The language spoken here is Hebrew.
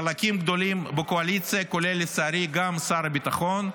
חלקים גדולים בקואליציה כולל גם שר הביטחון,